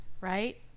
right